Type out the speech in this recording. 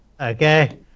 okay